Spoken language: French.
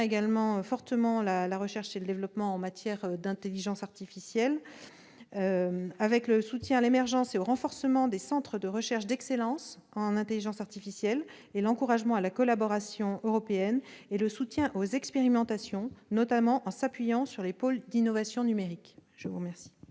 également fortement la recherche et le développement en matière d'intelligence artificielle, avec le soutien à l'émergence et au renforcement des centres de recherche d'excellence en intelligence artificielle, l'encouragement à la collaboration européenne et le soutien aux expérimentations, notamment celles qui s'appuient sur les pôles d'innovation numérique. La parole